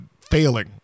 failing